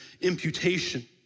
imputation